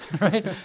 right